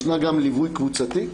ישנו גם ליווי קבוצתי,